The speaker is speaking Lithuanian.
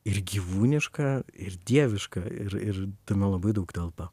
ir gyvūniška ir dieviška ir ir tame labai daug telpa